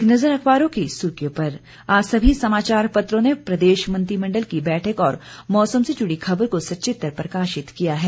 एक नजर अखबारों की सुर्खियों पर आज सभी समाचार पत्रों ने प्रदेश मंत्रिमंडल की बैठक और मौसम से जुड़ी खबर को सचित्र प्रकाशित किया है